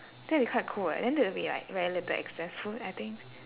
that'll be quite cool [what] then there'll be very little excess food I think